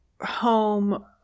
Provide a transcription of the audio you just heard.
home